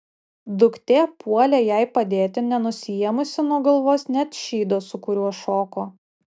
duktė puolė jai padėti nenusiėmusi nuo galvos net šydo su kuriuo šoko